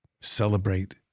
Celebrate